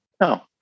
No